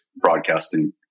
broadcasting